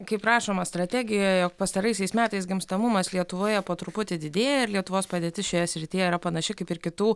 kaip rašoma strategijoje jog pastaraisiais metais gimstamumas lietuvoje po truputį didėja ir lietuvos padėtis šioje srityje yra panaši kaip ir kitų